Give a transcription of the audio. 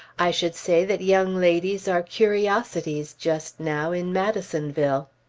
i should say that young ladies are curiosities just now in madisonville.